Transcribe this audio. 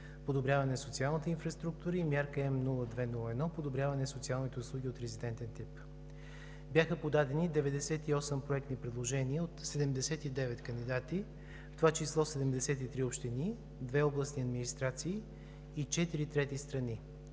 подобряване на социалните инфраструктури, Мярка М02-01 – подобряване на социалните услуги от резидентен тип. Бяха подадени 98 проектни предложения от 79 кандидати, в това число 73 общини, две областни администрации и 4 така наречени